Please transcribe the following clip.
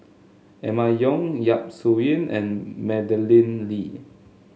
Emma Yong Yap Su Yin and Madeleine Lee